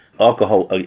Alcohol